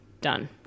done